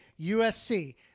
USC